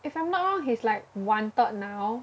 if I'm not wrong he's like wanted now